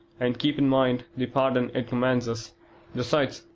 and keep in mind the pardon it commands us besides,